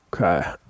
Okay